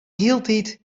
hieltyd